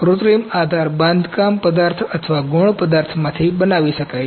કૃત્રિમ આધાર બાંધકામ પદાર્થ અથવા ગૌણ પદાર્થમાંથી બનાવી શકાય છે